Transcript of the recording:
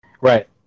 Right